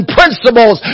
principles